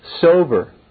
sober